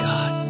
God